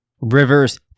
Rivers